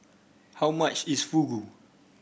how much is Fugu